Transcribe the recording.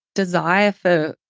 desire for